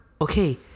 okay